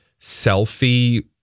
selfie